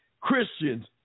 Christians